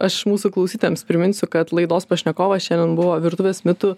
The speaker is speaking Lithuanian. aš mūsų klausytojams priminsiu kad laidos pašnekovas šiandien buvo virtuvės mitų